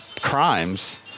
crimes